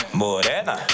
morena